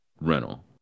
rental